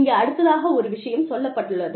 இங்கே அடுத்ததாக ஒரு விஷயம் சொல்லப்பட்டுள்ளது